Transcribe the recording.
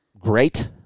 great